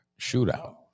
Shootout